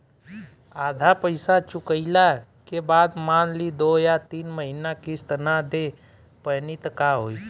आधा पईसा चुकइला के बाद मान ली दो या तीन महिना किश्त ना दे पैनी त का होई?